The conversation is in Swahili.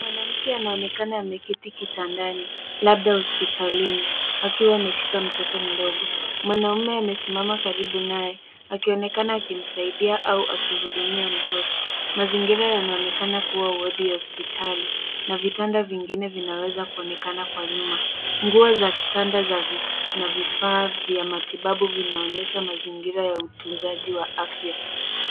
Mwanamke anaonekana ameketi kitandani, labda hospitalini akiwa ameshika mtoto mdogo. Mwanaume amesimama karibu naye akionekana akimsaidia au akihudumia mtoto. Mazingira yanaonekana kuwa wadi ya hospitali na vitanda vingine vinaweza kuonekana kwa nyuma. Nguo za kitanda na vifaa vya matibabu, vinaonyesha mazingira ya utunzaji wa afya.